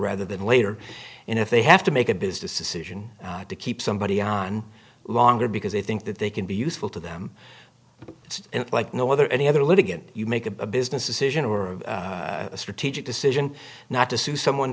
rather than later and if they have to make a business decision to keep somebody on longer because they think that they can be useful to them it's like no other any other litigant you make a business decision or a strategic decision not to sue someone